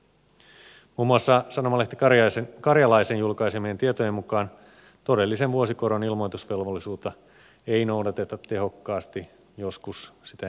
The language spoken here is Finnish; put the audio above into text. muun muassa sanomalehti karjalaisen julkaisemien tietojen mukaan todellisen vuosikoron ilmoitusvelvollisuutta ei noudateta tehokkaasti joskus sitä ei noudateta lainkaan